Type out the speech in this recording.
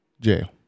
Jail